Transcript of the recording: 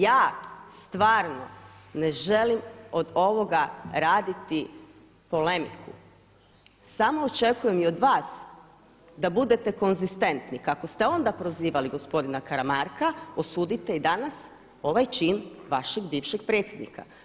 Ja stvarno ne želim od ovoga raditi polemiku, samo očekujem i od vas da budete konzistentni, kako ste onda prozivali gospodina Karamarka osudite i danas ovaj čin vašeg bivšeg predsjednika.